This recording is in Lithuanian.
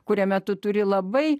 kuriame tu turi labai